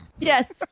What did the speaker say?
Yes